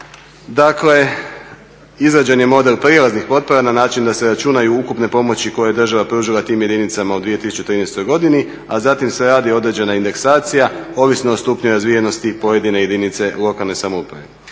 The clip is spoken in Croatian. Dakle, izrađen je model prijelaznih potpora na način da se računaju ukupne pomoći koje je država pružila tim jedinicama u 2013. godini, a zatim se rade određena indeksacija ovisno o stupnju razvijenosti pojedine jedinice lokalne samouprave.